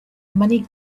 money